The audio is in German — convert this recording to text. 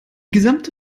gesamte